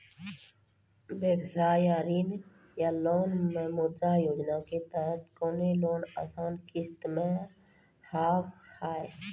व्यवसाय ला ऋण या लोन मे मुद्रा योजना के तहत कोनो लोन आसान किस्त मे हाव हाय?